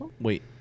Wait